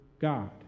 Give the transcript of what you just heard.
God